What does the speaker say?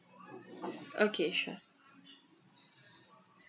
okay sure